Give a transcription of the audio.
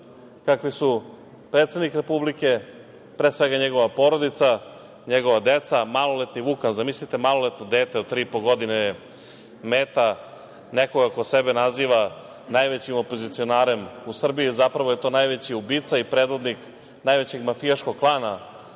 kakvi su predsednik Republike, pre svega njegova porodica, njegova deca, maloletni Vukan. Zamislite, maloletno dete od tri i po godine je meta nekoga ko sebe naziva najvećim opozicionarem u Srbiji, a zapravo je to najveći ubica i predvodnik najvećeg mafijaškog klana